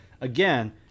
again